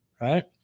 right